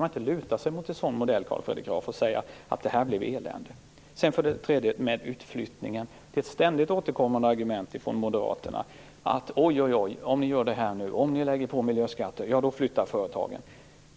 Man kan inte luta sig mot en sådan här modell, Carl Fredrik Graf, och säga att det blir ett elände. Utflyttningen är det ett ständigt återkommande argument från moderaterna: Oj, oj, oj! Om ni lägger på miljöskatter, flyttar företagen.